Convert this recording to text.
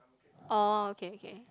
orh okay okay